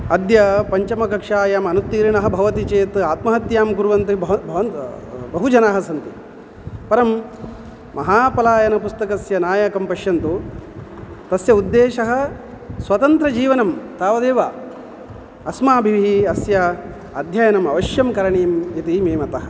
अद्य पञ्चमकक्षायाम् अनुत्तीर्णः भवति चेत् आत्महत्यां कुर्वन्तु बहुजनाः सन्ति परं महापलायनपुस्तकस्य नायकं पश्यन्तु तस्य उद्देशः स्वतन्त्रजीवनं तावदेव अस्माभिः अस्य अध्ययनं अवश्यं करणीयम् इति मे मतः